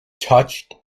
touched